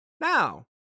Now